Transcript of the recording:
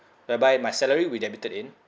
whereby my salary will be debited in